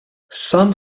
some